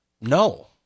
no